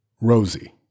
Rosie